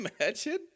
imagine